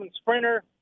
Sprinter